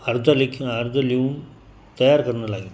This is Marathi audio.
अर्ज लिख अर्ज लिहून तयार करणं लागेन